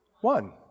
one